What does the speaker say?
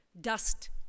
dust